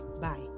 Bye